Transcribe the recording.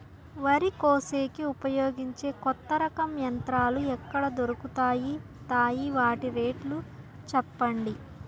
వరి కోసేకి ఉపయోగించే కొత్త రకం యంత్రాలు ఎక్కడ దొరుకుతాయి తాయి? వాటి రేట్లు చెప్పండి?